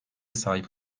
sahip